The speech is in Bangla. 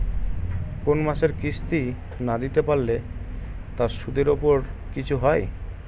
কোন মাসের কিস্তি না দিতে পারলে তার সুদের উপর কিছু হয়?